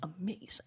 Amazing